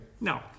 No